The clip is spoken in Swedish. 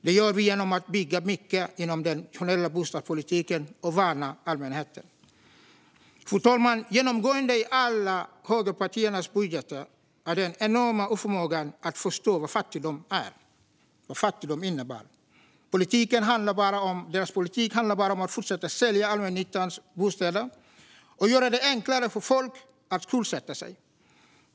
Det gör vi genom att bygga mycket inom den generella bostadspolitiken och värna allmännyttan. Fru talman! Genomgående i alla högerpartiernas budgetar är den enorma oförmågan att förstå vad fattigdom är, vad fattigdom innebär. Deras politik handlar bara om att fortsätta sälja ut allmännyttans bostäder och göra det enklare för folk att skuldsätta sig.